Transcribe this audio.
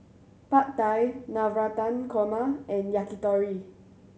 Pad Thai Navratan Korma and Yakitori